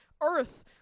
Earth